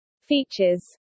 Features